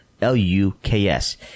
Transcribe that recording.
l-u-k-s